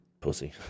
Pussy